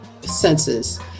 senses